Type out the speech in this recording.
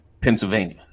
Pennsylvania